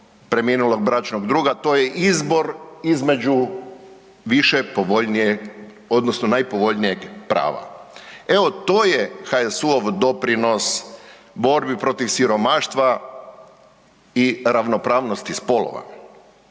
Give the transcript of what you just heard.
preminulog bračnog druga, to je izbor između više povoljnije odnosno najpovoljnijeg prava. Evo, to je HSU-ov doprinos borbi protiv siromaštva i ravnopravnosti spolova.